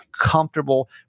comfortable